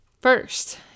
First